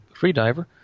freediver